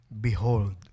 Behold